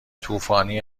طوفانی